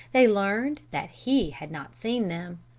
they learned that he had not seen them.